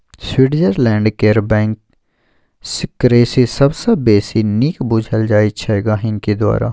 Switzerland केर bank secrecy सबसँ बेसी नीक बुझल जाइ छै गांहिकी द्वारा